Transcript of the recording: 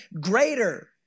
greater